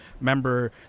member